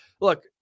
Look